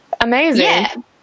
amazing